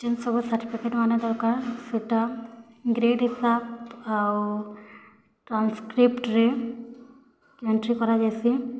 ଯେନ୍ ସବୁ ସାର୍ଟିଫିକେଟ୍ମାନେ ଦରକାର୍ ସେଟା ଗ୍ରେଡ଼୍ ହିସାବ୍ ଆଉ ଟ୍ରାନ୍ସକ୍ରିପ୍ଟ୍ରେ ଏଣ୍ଟ୍ରି କରାଯାଏସି